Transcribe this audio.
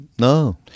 No